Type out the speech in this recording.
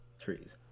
trees